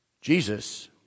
Jesus